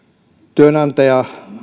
työnantaja